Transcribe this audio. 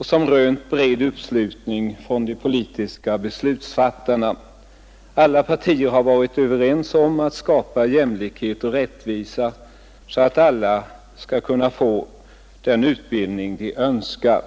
som rönt bred uppslutning från de politiska beslutsfattarna. Alla partier har varit överens om att skapa jämlikhet och rättvisa, så att alla skall kunna få den utbildning de önskar.